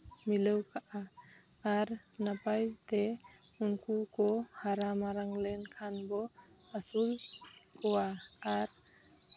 ᱢᱤᱞᱟᱹᱣ ᱠᱟᱜᱼᱟ ᱟᱨ ᱱᱟᱯᱟᱭ ᱛᱮ ᱩᱱᱠᱩ ᱠᱚ ᱦᱟᱨᱟ ᱢᱟᱨᱟᱝ ᱞᱮᱱᱠᱷᱟᱱ ᱵᱚᱱ ᱟᱹᱥᱩᱞ ᱠᱚᱣᱟ ᱟᱨ